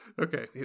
Okay